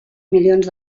milions